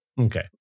Okay